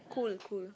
cool cool